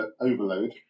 overload